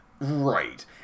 Right